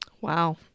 Wow